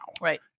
right